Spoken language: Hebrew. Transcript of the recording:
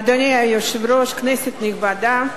אדוני היושב-ראש, כנסת נכבדה,